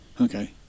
Okay